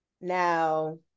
Now